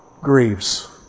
grieves